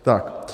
Tak.